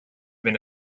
been